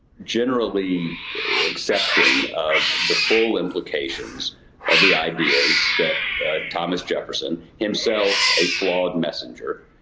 generally accepting of the full implications of the ideas that thomas jefferson, himself a flawed messenger,